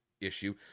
issue